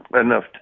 enough